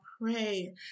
pray